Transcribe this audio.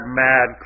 mad